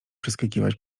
przeskakiwać